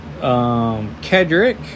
Kedrick